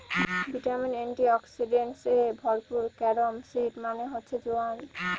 vitamin, antioxidants এ ভরপুর carom seed মানে হচ্ছে জোয়ান